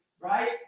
right